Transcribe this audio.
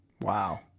Wow